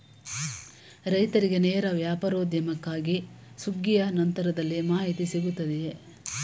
ರೈತರಿಗೆ ನೇರ ವ್ಯಾಪಾರೋದ್ಯಮಕ್ಕಾಗಿ ಸುಗ್ಗಿಯ ನಂತರದಲ್ಲಿ ಮಾಹಿತಿ ಸಿಗುತ್ತದೆಯೇ?